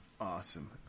awesome